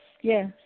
yes